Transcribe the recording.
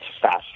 fast